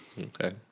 Okay